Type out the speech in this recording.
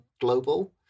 global